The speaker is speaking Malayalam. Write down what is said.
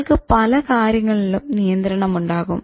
നിങ്ങൾക്ക് പല കാര്യങ്ങളിലും നിയന്ത്രണമുണ്ടാകും